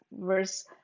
verse